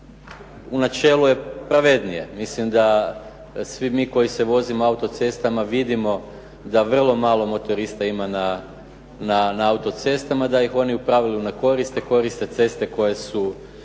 u načelu je pravednije. Mislim da svi mi koji se vozimo autocestama vidimo da vrlo malo motorista ima na autocestama, da ih oni u pravilu ne koriste, koriste ceste koje se